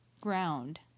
ground